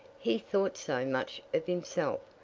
he thought so much of himself,